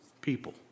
people